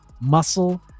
muscle